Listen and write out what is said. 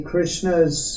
Krishna's